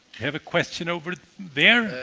have a question over there.